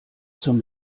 zum